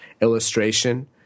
illustration